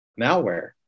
malware